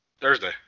Thursday